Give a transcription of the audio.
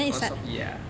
orh Shopee ah